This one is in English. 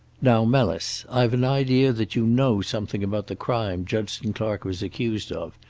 now melis, i've an idea that you know something about the crime judson clark was accused of.